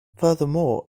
furthermore